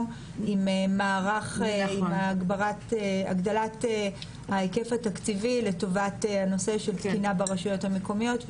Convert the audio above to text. עם הגדלת ההיקף התקציבי לטובת הנושא של תקינה ברשויות המקומיות.